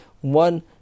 one